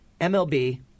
MLB